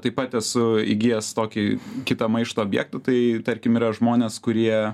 taip pat esu įgijęs tokį kitą maišto objektą tai tarkim yra žmonės kurie